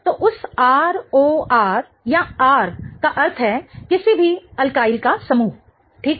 तो उस R O R या R का अर्थ है किसी भी अल्किल का समूह ठीक